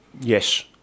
Yes